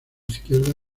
izquierda